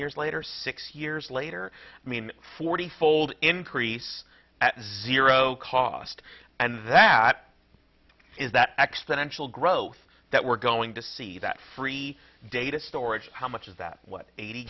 years later six years later i mean forty fold increase at zero cost and that is that exponential growth that we're going to see that free data storage how much is that what eighty